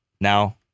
Now